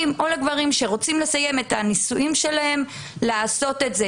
או לגברים שרוצים לסיים את הנישואים שלהם לעשות את זה,